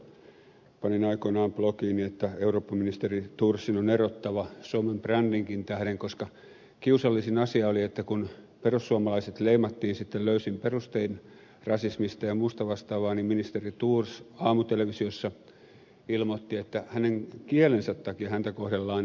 itse panin aikoinaan blogiin että eurooppa ministeri thorsin on erottava suomen brändinkin tähden koska kiusallisin asia oli että kun perussuomalaiset leimattiin sitten löysin perustein rasismista ja muusta vastaavasta niin ministeri thors aamu tvssä ilmoitti että hänen kielensä takia häntä kohdellaan eri lailla